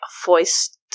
foist